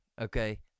okay